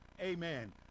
amen